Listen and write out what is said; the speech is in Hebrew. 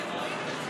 ההסתייגות לא התקבלה.